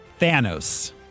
Thanos